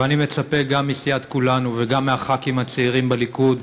ואני מצפה גם מסיעת כולנו וגם מהח"כים הצעירים בליכוד,